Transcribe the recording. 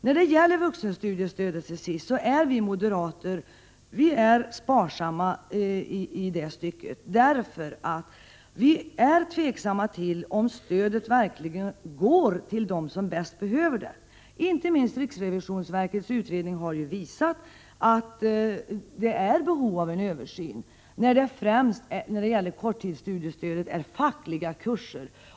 När det gäller vuxenstudiestödet är vi moderater sparsamma, därför att vi är tveksamma till om stödet verkligen går till dem som bäst behöver det. Inte minst riksrevisionsverkets utredning har visat att det finns behov av en översyn, när det beträffande korttidsstudiestödet främst är fråga om fackliga kurser.